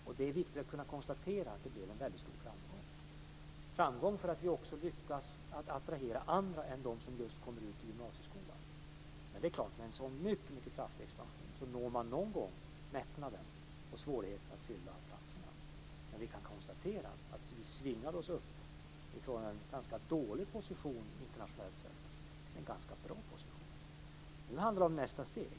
Det är också viktigt att kunna konstatera att det blev en väldigt stor framgång - framgång därför att vi också lyckats attrahera andra än de som just kommer ut i gymnasieskolan. Med en så kraftig expansion når man självfallet någon gång en mättnad och svårigheter att fylla platserna. Men vi kan konstatera att vi svingar oss upp från en ganska dålig position internationellt sett till en ganska bra position. Nu handlar det om nästa steg.